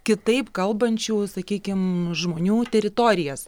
kitaip kalbančių sakykim žmonių teritorijas